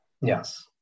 yes